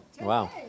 Wow